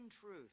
truth